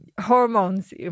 Hormones